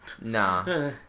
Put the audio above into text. Nah